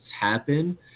happen